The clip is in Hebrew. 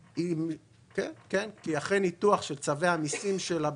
כי אחרי ניתוח של צווי המיסים שלה,